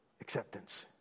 acceptance